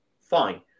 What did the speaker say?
fine